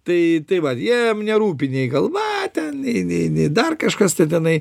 tai tai va jiem nerūpi nei galva ten nei nei dar kažkas tai tenai